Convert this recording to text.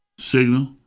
Signal